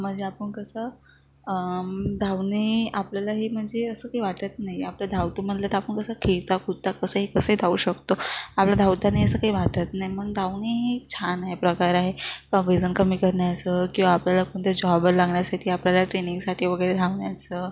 म्हणजे आपण कसं धावणे आपल्यालाही म्हणजे असं काही वाटत नाही आपल्या धावतो म्हटलं तर आपण कसं खेळता कुदता कसंही कसंही धावू शकतो आपलं धावताना असं काही वाटत नाही म्हणून धावणे हे छान आहे प्रकार आहे का वजन कमी करण्याचं किंवा आपल्याला कोणत्या जॉबवर लागण्यासाठी आपल्याला ट्रेनिंगसाठी वगैरे धावण्याचं